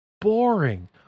boring